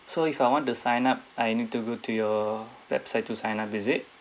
so if I want to sign up I need to go to your website to sign up is it